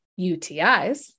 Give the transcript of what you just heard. UTIs